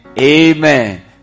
Amen